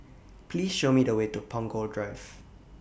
Please Show Me The Way to Punggol Drive